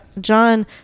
John